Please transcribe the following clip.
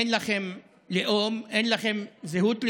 אין לכם לאום, אין לכם זהות לאומית,